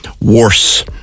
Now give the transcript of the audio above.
worse